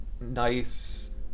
nice